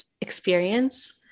experience